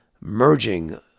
merging